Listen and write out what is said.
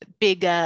big